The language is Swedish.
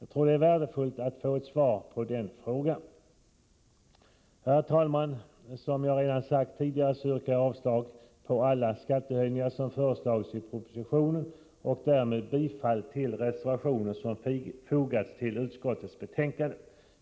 Ett svar på denna fråga skulle vara värdefullt. Herr talman! Som jag redan har sagt yrkar jag avslag på alla skattehöjningar som föreslagits i propositioner! och därmed bifall till den reservation som fogats till skatteutskottets betänkande.